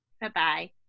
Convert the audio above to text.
Bye-bye